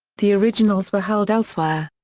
the originals were held elsewhere.